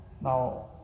Now